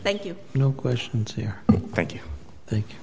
thank you no questions here thank you thank